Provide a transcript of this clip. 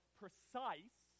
precise